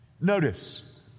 Notice